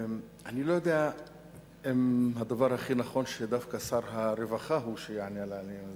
אני לא יודע אם הדבר הכי נכון הוא שדווקא שר הרווחה יענה על העניין הזה,